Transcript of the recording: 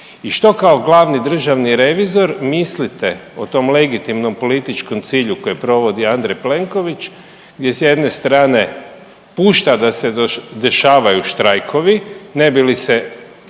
i što kao glavni državni revizor mislite o tom legitimnom političku cilju koji provodi Andrej Plenković gdje s jedne strane pušta da se dešavaju štrajkovi ne bi li se